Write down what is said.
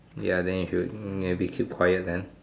ya then you should maybe keep quiet then